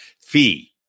fee